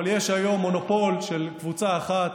אבל יש היום מונופול של קבוצה אחת,